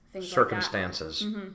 circumstances